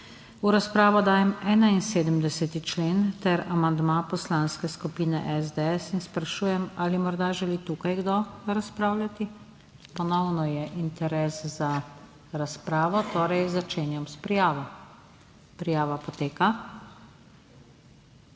V razpravo dajem 71. člen ter amandma Poslanske skupine SDS in sprašujem ali morda želi tukaj kdo razpravljati. Ponovno je interes za razpravo, torej začenjam s prijavo. Prijava poteka.